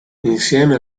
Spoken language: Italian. insieme